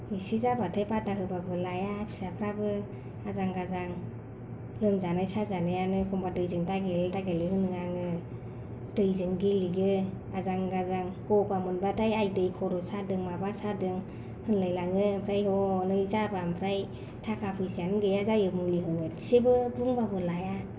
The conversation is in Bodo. इसे जाबाथाय बादा होबाबो लाया फिसाफ्राबो आजां गाजां लोमजानाय साजानायानो एखम्बा दैजों दा गेले दा गेले होनो आङो दैजों गेलेयो आजां गाजां गगा मोनबाथाय आयदै खर' सादों माबा सादों होनलायलाङो ओमफाय हनै जाबा ओमफ्राय थाखा फैसानो गैया जायो मुलि गरसेबो बुंबाबो लाया